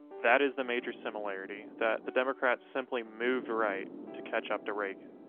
that is the major similarity, that the democrats simply moved right to catch up to reagan.